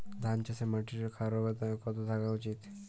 ধান চাষে মাটির ক্ষারকতা কত থাকা উচিৎ?